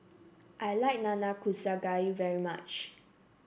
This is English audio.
I like Nanakusa Gayu very much